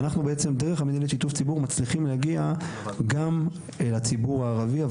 ואנחנו בעצם דרך המינהלת שיתוף ציבור הצלחנו להגיע גם לציבור הערבי,